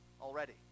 already